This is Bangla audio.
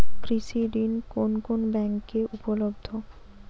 কৃষি ঋণ কোন কোন ব্যাংকে উপলব্ধ?